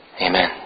Amen